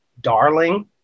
darling